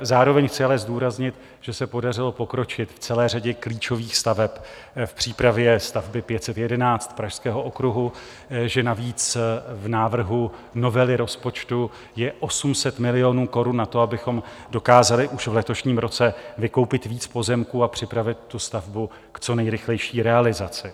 Zároveň chci ale zdůraznit, že se podařilo pokročit v celé řadě klíčových staveb, v přípravě stavby 511 Pražského okruhu, že navíc v návrhu novely rozpočtu je 800 milionů korun na to, abychom dokázali už v letošním roce vykoupit víc pozemků a připravit tu stavbu k co nejrychlejší realizaci.